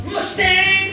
Mustang